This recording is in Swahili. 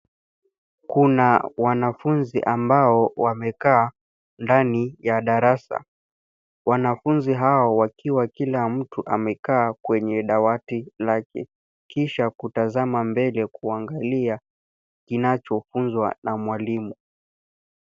Kuna wanafunzi ambao wamekaa ndani ya darasa. Wanafunzi hao wakiwa kila mtu amekaa kwenye dawati lake. Kisha kutazama mbele kuangalia kinachofunzwa na mwalimu.